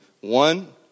One